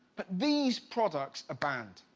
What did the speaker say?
but these products are banned.